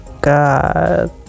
God